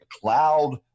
cloud